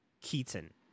Keaton